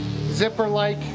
zipper-like